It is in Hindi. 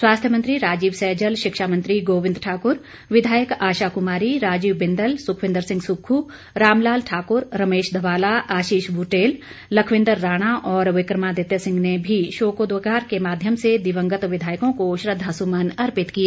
स्वास्थ्य मंत्री राजीव सैजल शिक्षा मंत्री गोविंद ठाक्र विधायक आशा कुमारी राजीव बिंदल सुखविंदर सुक्खू रामलाल ठाक्र रमेश धवाला आशीष बुटेल लखविंद्र राणा और विक्रमादित्य सिंह ने भी शोकोदगार के माध्यम से दिवंगत विधायकों को श्रद्वासुमन अर्पित किए